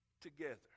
together